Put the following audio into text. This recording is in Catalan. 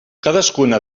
cadascuna